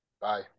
Bye